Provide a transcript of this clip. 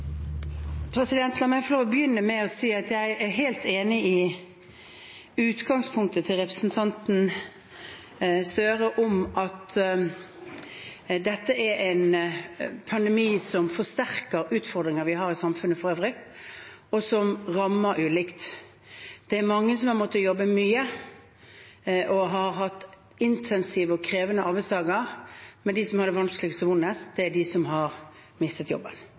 spleiselaget? La meg få lov til å begynne med å si at jeg er helt enig i utgangspunktet til representanten Støre om at dette er en pandemi som forsterker utfordringer vi har i samfunnet for øvrig, og som rammer ulikt. Det er mange som har måttet jobbe mye og har hatt intensive og krevende arbeidsdager, men de som har det vanskeligst og vondest, er de som har mistet jobben,